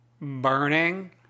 burning